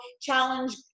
challenge